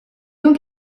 donc